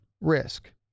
risk